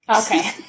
okay